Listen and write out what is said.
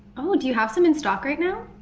oh, do you have some in stock right now?